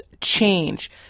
change